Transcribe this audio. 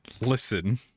listen